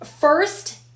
first